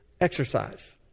exercise